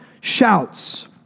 shouts